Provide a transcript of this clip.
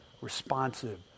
responsive